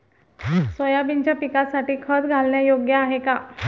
सोयाबीनच्या पिकासाठी खत घालणे योग्य आहे का?